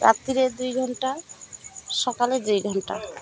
ରାତିରେ ଦୁଇ ଘଣ୍ଟା ସକାଳେ ଦୁଇ ଘଣ୍ଟା